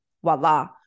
Voila